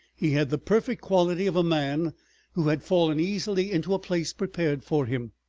he had the perfect quality of a man who had fallen easily into a place prepared for him.